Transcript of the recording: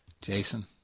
Jason